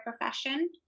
profession